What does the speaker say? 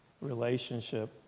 relationship